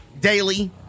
daily